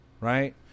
right